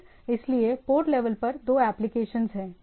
इसलिए port level पर दो एप्लीकेशंस है